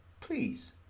please